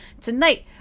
tonight